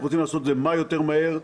אנחנו רוצים לעשות את זה כמה שיותר מהר,